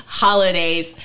holidays